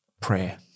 prayer